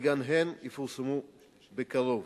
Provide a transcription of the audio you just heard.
וגם הן יפורסמו בקרוב.